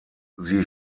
sie